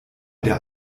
der